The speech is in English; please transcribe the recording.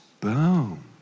boom